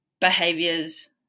Behaviors